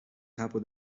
capo